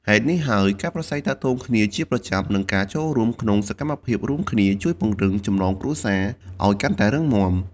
ហេតុនេះហើយ ការប្រាស្រ័យទាក់ទងគ្នាជាប្រចាំ និងការចូលរួមក្នុងសកម្មភាពរួមគ្នាជួយពង្រឹងចំណងគ្រួសារឲ្យកាន់តែរឹងមាំ។